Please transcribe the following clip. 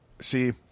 See